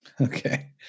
Okay